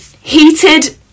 heated